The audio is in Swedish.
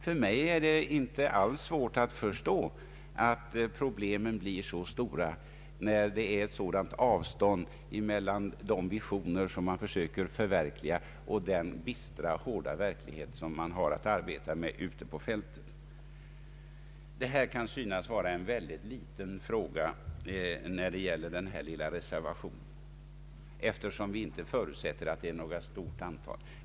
För mig är det inte alls svårt att förstå att problemen blir så stora, när det är ett sådant avstånd mellan de visioner som man söker förverkliga och den bistra, hårda verklighet som man möter ute på fältet. Denna reservation kan synas gälla en mycket liten fråga, eftersom vi inte förutsätter att den berör något stort antal.